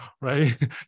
Right